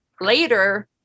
later